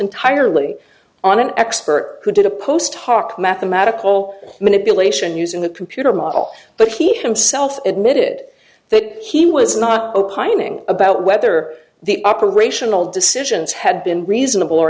entirely on an expert who did a post hoc mathematical manipulation using the computer model but he himself admitted that he was not opining about whether the operational decisions had been reasonable or